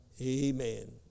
Amen